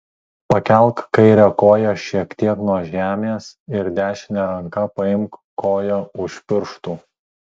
pakelk kairę koją šiek tiek nuo žemės ir dešine ranka paimk koją už pirštų